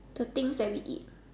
the things that we eat